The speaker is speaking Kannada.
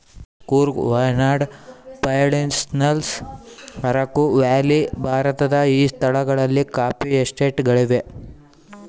ಕೂರ್ಗ್ ವಾಯ್ನಾಡ್ ಪಳನಿಹಿಲ್ಲ್ಸ್ ಅರಕು ವ್ಯಾಲಿ ಭಾರತದ ಈ ಸ್ಥಳಗಳಲ್ಲಿ ಕಾಫಿ ಎಸ್ಟೇಟ್ ಗಳಿವೆ